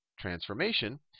transformation